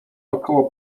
około